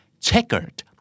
checkered